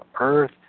earth